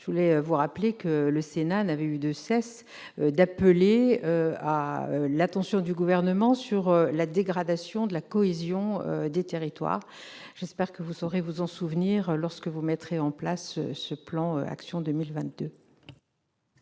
je veux vous rappeler que le Sénat n'a eu de cesse d'appeler l'attention du Gouvernement sur la dégradation de la cohésion des territoires. J'espère que ce dernier saura s'en souvenir lorsqu'il mettra en place le plan Action